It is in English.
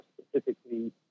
specifically